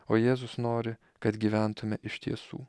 o jėzus nori kad gyventume iš tiesų